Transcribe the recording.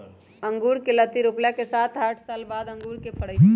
अँगुर कें लत्ति रोपला के सात आठ साल बाद अंगुर के फरइ छइ